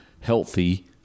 healthy